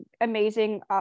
amazing